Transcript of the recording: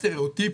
סטריאוטיפית.